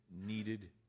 needed